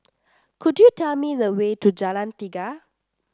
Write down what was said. could you tell me the way to Jalan Tiga